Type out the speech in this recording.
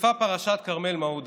נחשפה פרשת כרמל מעודה.